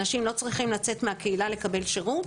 אנשים לא צריכים לצאת מהקהילה לקבל שירות.